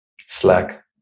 Slack